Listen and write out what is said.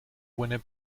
winner